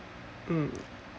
um